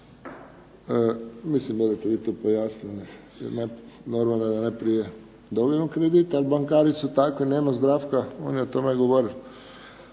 Mislim, budete vi tu pojasnili. Normalno je da najprije dobijemo kredit, ali bankari su takvi, nema Zdravka, on je o tome govoril,